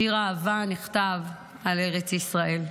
שיר האהבה, נכתב על ארץ ישראל.